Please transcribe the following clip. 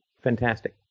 fantastic